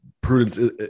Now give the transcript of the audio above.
prudence